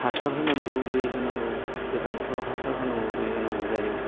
हासार होनांगौ दै होनांगौ गोजां बोथोराव हासार होनांगौ दै होनांगौ जायो